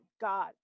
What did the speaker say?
God